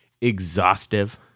exhaustive